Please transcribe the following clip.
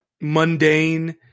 Mundane